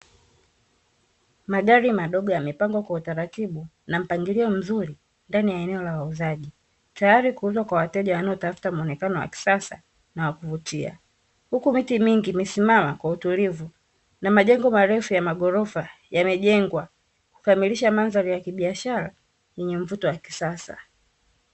Magari madogo yamepangwa kwa utaratibu na mpangilio mzuri ndani ya eneo la wauzaji, tayari kuuzwa kwa wateja wanaotafuta muonekano wa kisasa na wakuvutia, huku miti mingi imesimama kwa utulivu na majengo marefu ya magorofa yamejengwa kukamilisha mandhari ya kibiashara yenye mvuto wa kisasa.